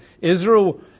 Israel